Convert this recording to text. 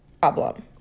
problem